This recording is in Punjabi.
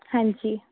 ਹਾਂਜੀ